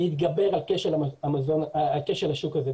להתגבר על כשל השוק הזה.